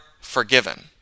forgiven